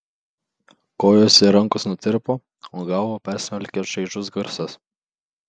kojos ir rankos nutirpo o galvą persmelkė čaižus garsas